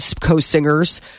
co-singers